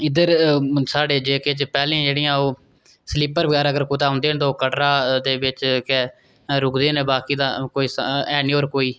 इद्धर साढ़े जेके च पैह्लें जेह्ड़ियां ओह् स्लीपर बगैरा अगर कुदै औंदे न ते ओह् कटरा दे बिच गै रुकदे न बाकी तां स ऐ निं होर कोई